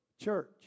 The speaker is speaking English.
church